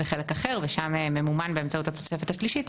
ושם זה ממומן באמצעות התוספת השלישית.